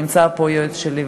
נמצא פה היועץ שלי,